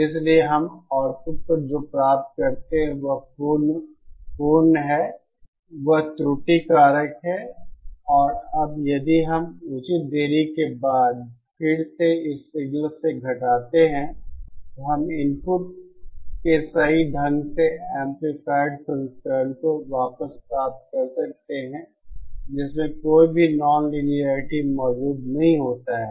इसलिए हम आउटपुट पर जो प्राप्त करते हैं वह पूर्ण है वह त्रुटि कारक है और अब यदि हम उचित देरी के बाद फिर से इसे इस सिग्नल से घटाते हैं तो हम इनपुट के सही ढंग से एंपलीफायड संस्करण को वापस प्राप्त कर सकते हैं जिसमें कोई भी ननलिनियेरिटी मौजूद नहीं होता है